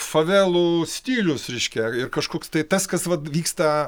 favelų stilius reiškia ir kažkoks tai tas kas vat vyksta